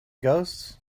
ghosts